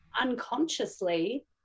unconsciously